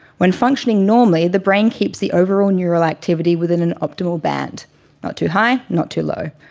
when functioning normally, the brain keeps the overall neural activity within an optimal band not too high, not too low.